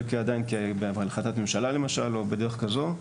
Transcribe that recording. עדיין בהחלטת ממשלה למשל או בדרך כזו,